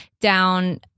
down